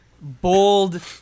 bold